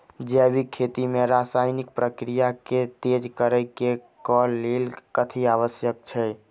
जैविक खेती मे रासायनिक प्रक्रिया केँ तेज करै केँ कऽ लेल कथी आवश्यक छै?